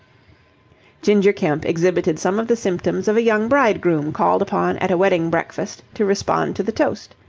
ginger kemp exhibited some of the symptoms of a young bridegroom called upon at a wedding-breakfast to respond to the toast.